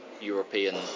European